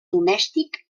domèstic